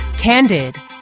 Candid